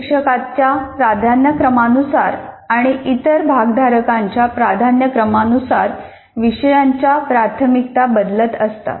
शिक्षकांच्या प्राधान्यक्रमा नुसार आणि इतर भागधारकांच्या प्राधान्यक्रमा नुसार विषयांच्या प्राथमिकता बदलत असतात